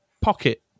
Pocket